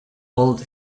old